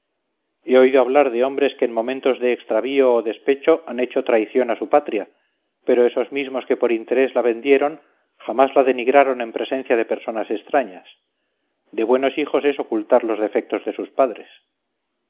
inglesa he oído hablar de hombres que en momentos de extravío o despecho han hecho traición a su patria pero esos mismos que por interés la vendieron jamás la denigraron en presencia de personas extrañas de buenos hijos es ocultar los defectos de sus padres